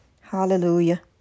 Hallelujah